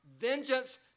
vengeance